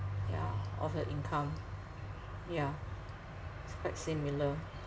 yeah of the income ya it's quite similar